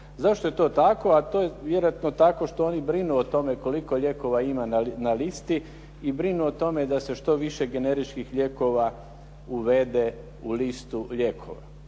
Zašto je to tako? A to je vjerojatno tako što oni brinu o tome koliko lijekova ima na listi i brinu o tome da se što više generičkih lijekova uvede u listu lijekova.